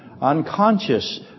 unconscious